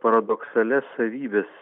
paradoksalias savybes